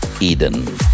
Eden